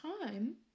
time